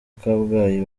kabgayi